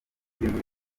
bimwe